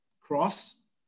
cross